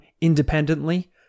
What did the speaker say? independently